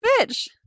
bitch